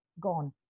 gone